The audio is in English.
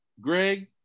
greg